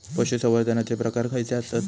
पशुसंवर्धनाचे प्रकार खयचे आसत?